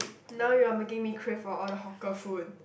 now you are making me crave for all the hawker food